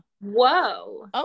Whoa